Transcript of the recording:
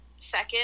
second